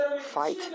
fight